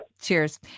Cheers